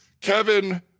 Kevin